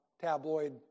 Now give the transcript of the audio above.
tabloid